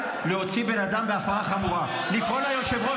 כל הכבוד,